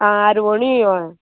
आं आरवणी हय